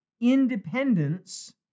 independence